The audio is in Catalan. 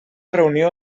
reunió